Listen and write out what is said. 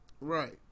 right